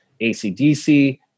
ACDC